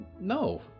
No